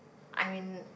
I mean